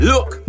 Look